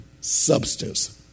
Substance